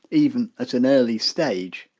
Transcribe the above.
even at an early stage?